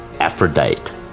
aphrodite